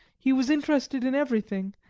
he was interested in everything,